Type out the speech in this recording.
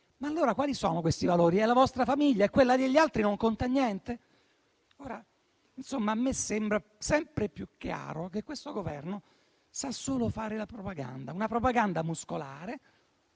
ma allora quali sono questi valori? Vale solo la vostra famiglia e quella degli altri non conta niente? A me sembra sempre più chiaro che questo Governo sappia solo fare propaganda, una propaganda muscolare,